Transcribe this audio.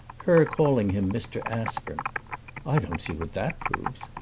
her calling him mr. aspern i don't see what that proves.